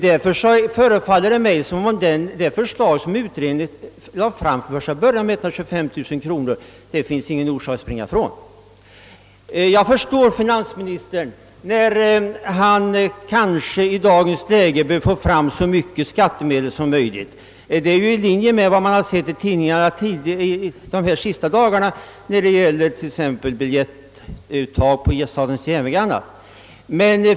Därför förefaller det mig som om det inte skulle finnas någon orsak att frångå det förslag på 125000 kronor som utredningen från första början lade fram. Jag förstår finansministern när han kanske i dagens läge vill få in så mycket skattemedel som möjligt. Det är jui stil med t.ex. de höjningar av biljettpriserna på SJ som det stått att läsa om under de senaste dagarna.